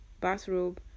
bathrobe